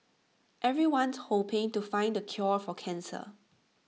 everyone's hoping to find the cure for cancer